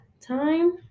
time